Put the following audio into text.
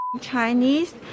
Chinese